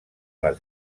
les